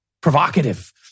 provocative